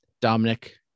Dominic